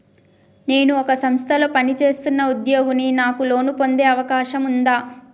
నేను ఒక సంస్థలో పనిచేస్తున్న ఉద్యోగిని నాకు లోను పొందే అవకాశం ఉందా?